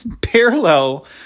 parallel